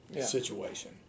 situation